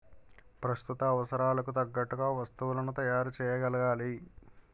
ప్రస్తుత అవసరాలకు తగ్గట్టుగా వస్తువులను తయారు చేయగలగాలి